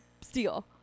steal